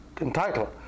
Entitled